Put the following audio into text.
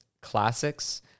Classics